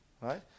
right